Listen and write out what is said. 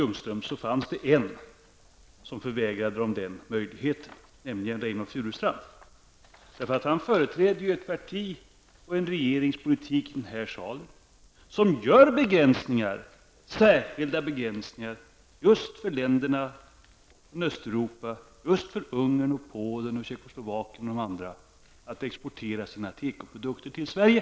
Ljungströms fanns det en som förvägrade ungrarna nämnda möjlighet, nämligen Reynoldh Furustrand. I den här salen företräder han ju ett parti och en regeringspolitik som medverkar till särskilda begränsningar just för länderna i Östeuropa -- dvs. just för Ungern, Polen, Tjeckoslovakien osv. -- när det gäller export av tekoprodukter till Sverige.